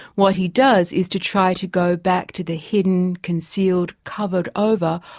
what he does is to try to go back to the hidden, concealed, covered over,